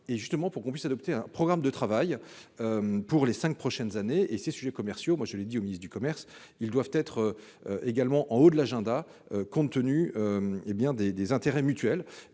que nous puissions adopter un programme de travail pour les cinq prochaines années. Ces sujets commerciaux, comme je l'ai dit au ministre du commerce, doivent également figurer en haut de l'agenda compte tenu des intérêts mutuels.